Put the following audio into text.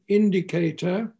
indicator